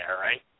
right